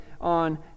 on